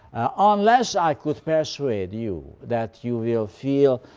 ah unless i could persuade you that you will feel,